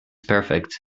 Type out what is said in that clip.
perfect